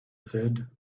said